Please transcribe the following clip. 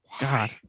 God